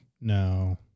no